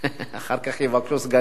אחר כך יבקשו סגני ראש העיר,